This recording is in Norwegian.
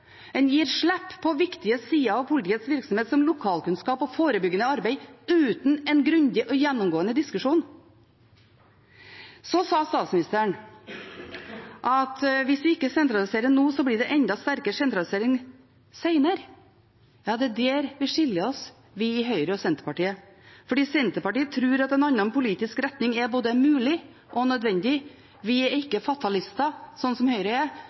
En gir slipp på viktige sider av politiets virksomhet, som lokalkunnskap og forebyggende arbeid, uten en grundig og gjennomgående diskusjon. Så sa statsministeren at hvis vi ikke sentraliserer nå, blir det enda sterkere sentralisering senere. Ja, det er der vi i Senterpartiet skiller lag med Høyre, for Senterpartiet tror at en annen politisk retning er både mulig og nødvendig. Vi er ikke fatalister, slik Høyre er.